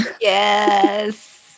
yes